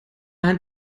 hand